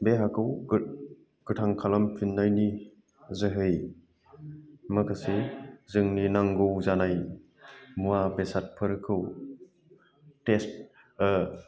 बे हाखौ गोथां खालामफिन्नायनि जोहै माखासे जोंनि नांगौ जानाय मुवा बेसादफोरखौ टेस्ट